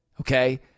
Okay